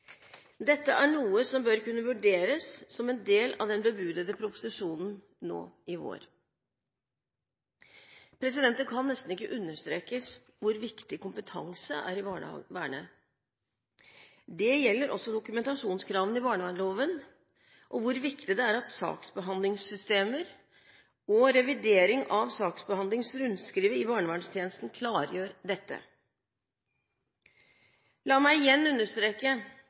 Dette er noe som bør kunne vurderes som en del av den bebudede proposisjonen nå i vår. Det kan nesten ikke understrekes godt nok hvor viktig kompetanse er i barnevernet. Det gjelder også dokumentasjonskravene i barnevernsloven, og at saksbehandlingssystemer og revidering av saksbehandlingsrundskrivet i barnevernstjenesten klargjør dette. La meg igjen understreke